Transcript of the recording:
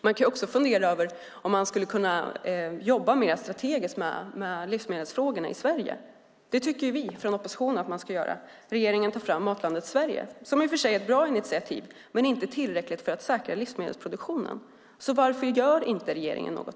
Jag funderar också om man skulle kunna jobba mer strategiskt med livsmedelsfrågorna i Sverige. Det tycker vi från oppositionen att man ska göra. Regeringen tar fram Matlandet Sverige, som i och för sig är ett bra initiativ men inte tillräckligt för att säkra livsmedelsproduktionen. Varför gör inte regeringen något?